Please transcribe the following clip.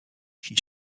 she